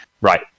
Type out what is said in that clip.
right